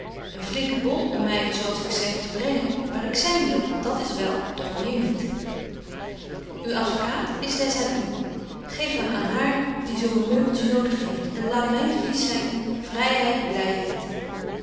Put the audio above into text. een flinke bol om my zo als ik zeg te brengen waar ik zyn wil dat is wel doch meer niet uw advocaat is des aan u geef hem aan haar die zo een meubeltje nodig heeft en laat myn devies zyn